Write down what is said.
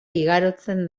igarotzen